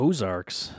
Ozarks